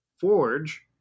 Forge